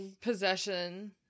possession